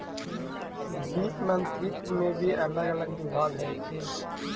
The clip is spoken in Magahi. वित्त मंत्रित्व में भी अलग अलग विभाग हई